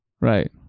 Right